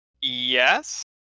yes